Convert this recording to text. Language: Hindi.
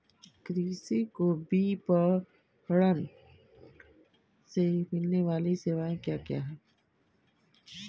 कृषि को विपणन से मिलने वाली सेवाएँ क्या क्या है